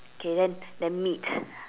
K then then meat